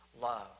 love